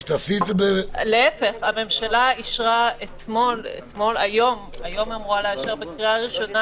הממשלה אמורה לאשר היום בקריאה ראשונה